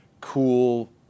cool